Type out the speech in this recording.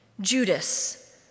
Judas